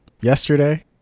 yesterday